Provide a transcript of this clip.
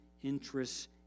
interests